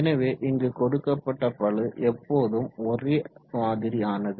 எனவே இங்கு கொடுக்கப்பட்ட பளு எப்போதும் ஒரே மாதிரியானது